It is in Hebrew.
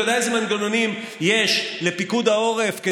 אתה יודע איזה מנגנונים יש לפיקוד העורף,